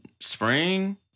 spring